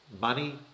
money